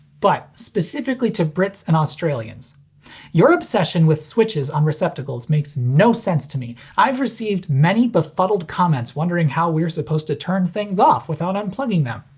but specifically to brits and australians your obsession with switches on receptacles makes no sense to me. i've received many befuddled comments wondering how we're supposed to turn things off without unplugging them.